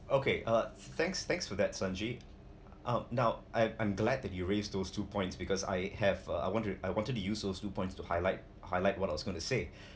okay uh thanks thanks for that sonji uh now I I'm glad that you raised those two points because I have uh I wanted I wanted to use those two points to highlight highlight what I was gonna say